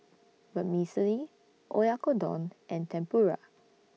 Vermicelli Oyakodon and Tempura